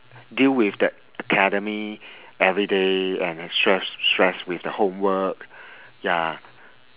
deal with that academic everyday and extra stress with the homework ya